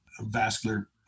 vascular